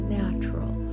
natural